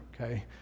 okay